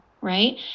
right